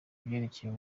byerekeye